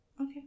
Okay